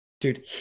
Dude